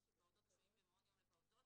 של פעוטות השוהים במעון יום לפעוטות,